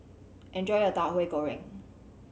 enjoy your Tauhu Goreng